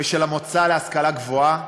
ושל המועצה להשכלה גבוהה